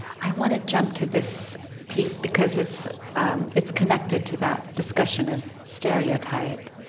i want to jump to this piece because it's it's connected to that discussion of stereotype.